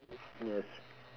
yes